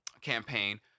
campaign